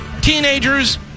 Teenagers